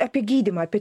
apie gydymą apie